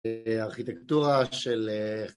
ארכיטקטורה של אה..